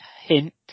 hint